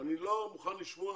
אני לא מוכן לשמוע